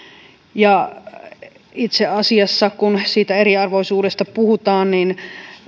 itse asiassa kun eriarvoisuudesta puhutaan